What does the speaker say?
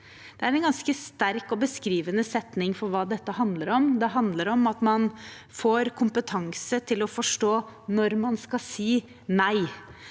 Det er en ganske sterk og beskrivende setning for hva dette handler om. Det handler om at man får kompetanse til å forstå når man skal si nei.